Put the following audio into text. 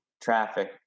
traffic